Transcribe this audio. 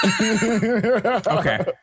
okay